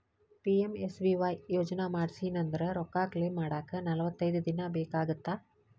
PMSBY ಯೋಜನಾ ಮಾಡ್ಸಿನಂದ್ರ ರೊಕ್ಕ ಕ್ಲೇಮ್ ಮಾಡಾಕ ನಲವತ್ತೈದ್ ದಿನ ಬೇಕಾಗತ್ತಾ